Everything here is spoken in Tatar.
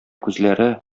күзләре